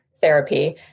therapy